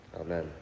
amen